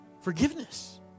Forgiveness